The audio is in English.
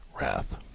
wrath